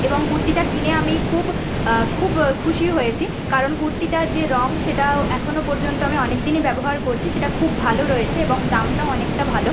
এবং কুর্তিটা কিনে আমি খুব খুব খুশি হয়েছি কারণ কুর্তিটার যে রং সেটাও এখনো পর্যন্ত আমি অনেক দিনই ব্যবহার করছি সেটা খুব ভালো রয়েছে এবং দামটাও অনেকটা ভালো